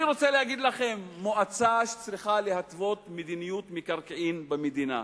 אני רוצה להגיד לכם שמועצה שצריכה להתוות מדיניות מקרקעין במדינה,